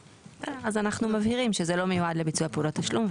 אז אנחנו מבהירים שזה לא מיועד לביצוע של פעולות תשלום,